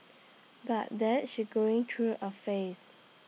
but that she's going through A phase